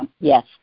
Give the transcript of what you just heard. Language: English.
Yes